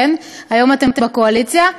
היום אתם בקואליציה.